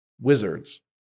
wizards